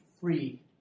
free